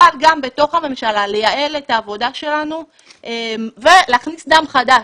אבל גם בתוך הממשלה לייעל את העבודה שלנו ולהכניס דם חדש,